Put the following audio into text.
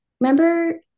remember